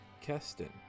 Keston